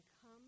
come